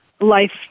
life